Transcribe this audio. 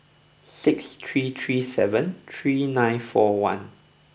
six three three seven three nine four one